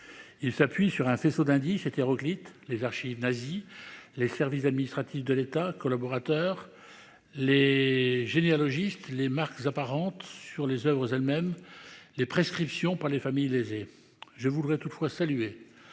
Il s'appuie sur un faisceau d'indices hétéroclite les archives nazies, les services administratifs de l'État collaborateurs les généalogistes les marques apparentes sur les Oeuvres elles-mêmes. Les prescriptions par les familles lésées. Je voudrais toutefois salué